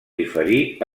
diferir